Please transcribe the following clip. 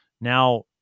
now